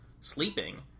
sleeping